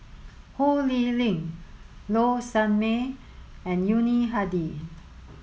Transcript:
Ho Lee Ling Low Sanmay and Yuni Hadi